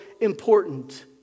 important